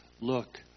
look